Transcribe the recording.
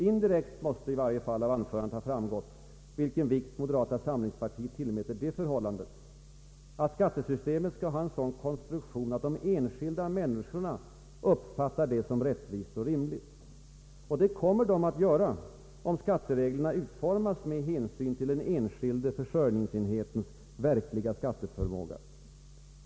Indirekt måste i varje fall av mitt anförande ha framgått vilken vikt moderata samlingspartiet lägger vid det förhållandet att skattesystemet skall ha en sådan konstruktion att de enskilda människorna uppfattar det som rättvist och rimligt. Och det kommer de att göra om skattereglerna utformas med hänsyn till den enskilda försörjningsenhetens verkliga skatteförmåga.